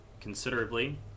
considerably